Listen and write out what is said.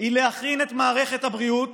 היא להכין את מערכת הבריאות